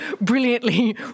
brilliantly